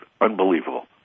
unbelievable